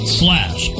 slash